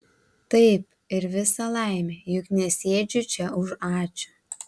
taip ir visa laimė juk nesėdžiu čia už ačiū